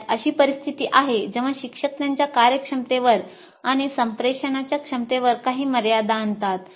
आपल्यात अशी परिस्थिती आहे जेव्हा शिक्षक त्यांच्या कार्यक्षमतेवर आणि संप्रेषणाच्या क्षमतेवर काही मर्यादा आणतात